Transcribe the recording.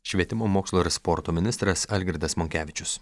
švietimo mokslo ir sporto ministras algirdas monkevičius